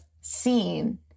seen